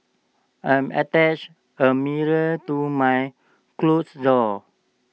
I'm attached A mirror to my closet door